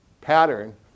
pattern